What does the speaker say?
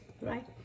right